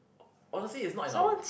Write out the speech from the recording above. honestly it's not in our